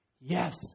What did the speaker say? Yes